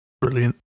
Brilliant